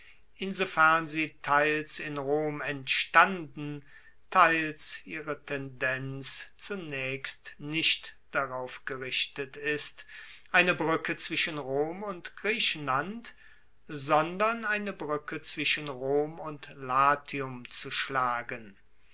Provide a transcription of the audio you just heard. insofern sie teils in rom entstanden teils ihre tendenz zunaechst nicht darauf gerichtet ist eine bruecke zwischen rom und griechenland sondern eine bruecke zwischen rom und latium zu schlagen